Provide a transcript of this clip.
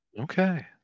okay